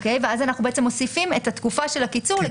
ואז אנחנו בעצם מוסיפים את התקופה של הקיצור.